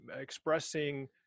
expressing